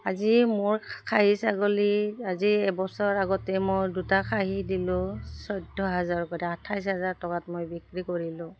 আজি মোৰ খাঁহী ছাগলী আজি এবছৰ আগতে মই দুটা খাঁহী দিলোঁ চৈধ্য হাজাৰ কৰি আঠাইছ হাজাৰ টকাত মই বিক্ৰী কৰিলোঁ